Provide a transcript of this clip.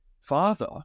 father